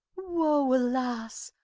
woe, alas!